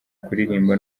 kuririmba